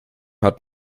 hat